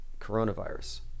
coronavirus